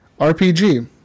RPG